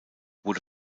wurde